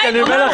אני אומר לך.